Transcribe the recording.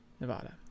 Nevada